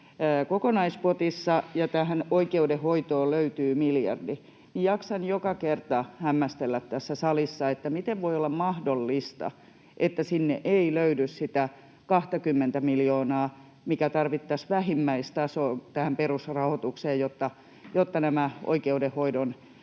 kokonaispotissa ja tähän oikeudenhoitoon löytyy miljardi, niin jaksan joka kerta hämmästellä tässä salissa, miten voi olla mahdollista, että sinne ei löydy sitä 20:tä miljoonaa, mikä tarvittaisiin perusrahoituksen vähimmäistasoon, jotta nämä oikeudenhoidon